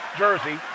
jersey